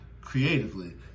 creatively